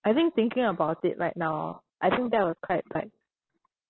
I think thinking about it right now ah I think that was quite like